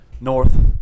North